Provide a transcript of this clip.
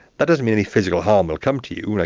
that doesn't mean any physical harm will come to you,